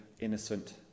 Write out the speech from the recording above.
innocent